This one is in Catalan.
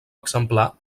exemplar